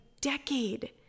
decade